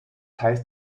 heißt